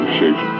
Shape